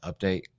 update